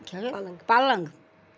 پلنٛگ